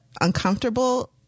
uncomfortable